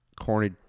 corny